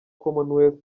commonwealth